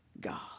God